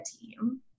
team